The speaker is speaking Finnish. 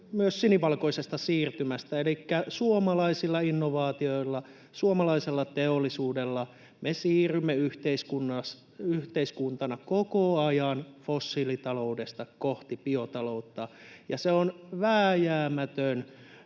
myös sinivalkoisesta siirtymästä. Elikkä suomalaisilla innovaatioilla, suomalaisella teollisuudella me siirrymme yhteiskuntana koko ajan fossiilitaloudesta kohti biotaloutta, ja se on vääjäämätön